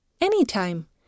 Anytime